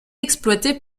exploitée